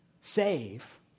save